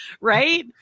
Right